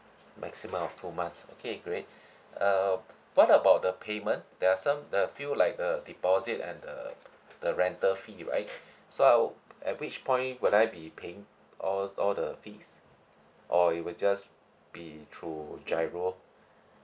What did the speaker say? maximum of four months okay great uh what about the payment there are some there are a few like uh deposit and err the rental fee right so I'd at which point would I be paying all all the fees or it would just be through giro